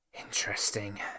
Interesting